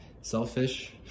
Selfish